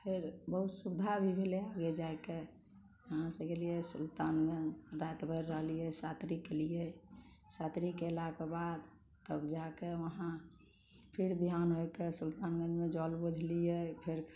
फेर बहुत सुबिधा भी भेलै जाइके यहाँ से गेलियै सुल्तानगञ्ज राति भर रहलियै शात्री केलियै शात्री कयलाके बाद तब जाके वहाँ फिर बिहान होइके सुल्तानगञ्जमे जल बोझलियै फेर